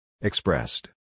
Expressed